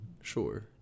sure